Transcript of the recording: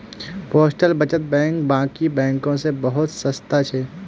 postal बचत bank बाकी बैंकों से बहुत सस्ता छे